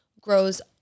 grows